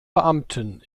beamten